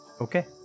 Okay